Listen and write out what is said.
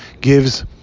gives